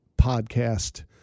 podcast